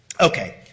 Okay